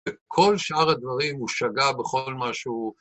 כל שאר הדברים הוא שגה בכל מה שהוא...